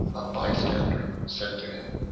a bystander said to him,